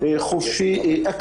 מתוקצב אני מדגיש,